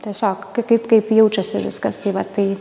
tiesiog kaip kaip jaučiasi viskas tai va tai